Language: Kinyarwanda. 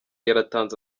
yaratanze